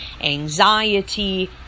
anxiety